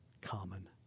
common